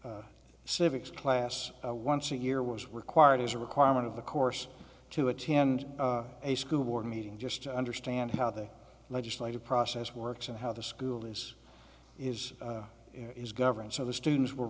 civics class once a year was required as a requirement of the course to attend a school board meeting just to understand how the legislative process works and how the school this is is governed so the students were